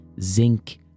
zinc